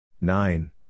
Nine